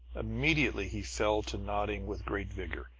immediately he fell to nodding with great vigor,